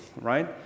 right